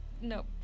No